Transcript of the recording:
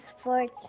Sports